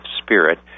spirit